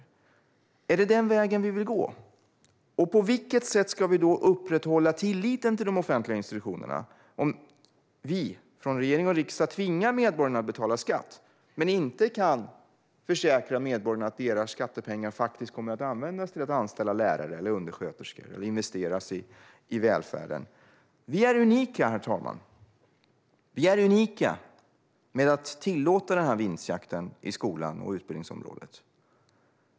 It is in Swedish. Är det denna väg vi vill gå? På vilket sätt ska vi upprätthålla tilliten till de offentliga institutionerna om vi från regering och riksdag tvingar medborgarna att betala skatt men inte kan försäkra medborgarna att deras skattepengar faktiskt kommer att användas till att anställa lärare eller undersköterskor eller investeras i välfärden? Herr talman! Vi är unika i att tillåta denna vinstjakt i skolan och på utbildningsområdet.